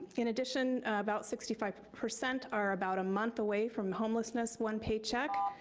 in addition about sixty five percent are about a month away from homelessness, one paycheck.